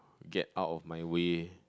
get out of my way